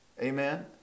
Amen